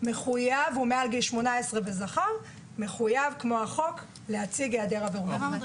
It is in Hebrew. והוא זכר מעל גיל 18 מחויב כמו החוק להציג היעדר עברות מין.